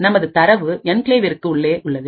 நமது தரவு என்கிளேவிற்கு உள்ளே உள்ளது